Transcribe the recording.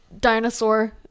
dinosaur